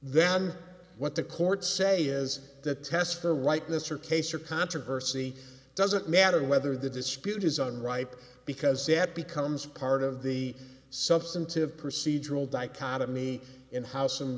then what the courts say is that test for rightness or case or controversy doesn't matter whether the dispute is on ripe because that becomes part of the substantive procedural dichotomy in house and